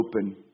open